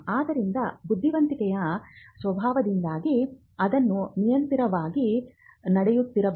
ಆದ್ದರಿಂದ ಬುದ್ಧಿವಂತಿಕೆಯ ಸ್ವಭಾವದಿಂದಾಗಿ ಅದನ್ನು ನಿರಂತರವಾಗಿ ನಡೆಯುತ್ತಿರಬೇಕು